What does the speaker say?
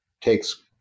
Takes